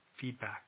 feedback